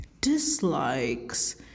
dislikes